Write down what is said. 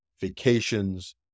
vacations